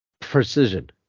Precision